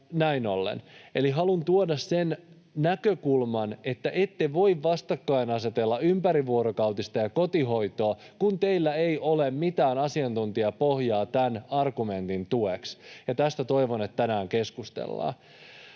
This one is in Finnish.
Eli haluan tuoda sen näkökulman, että ette voi asetella vastakkain ympärivuorokautista ja kotihoitoa, kun teillä ei ole mitään asiantuntijapohjaa tämän argumentin tueksi, ja tästä toivon, että tänään keskustellaan.